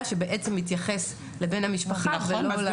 שבעצם מתייחס לבן המשפחה ולא --- נכון,